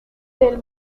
del